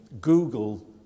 Google